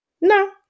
No